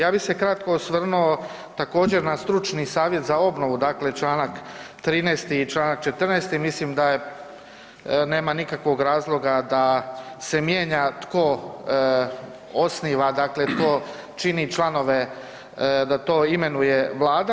Ja bih se kratko osvrnuo također na stručni savjet za obnovi, dakle čl. 13. i čl. 14. mislim da nema nikakvog razloga da se mijenja tko osniva dakle tko čini članove da to imenuje Vlada.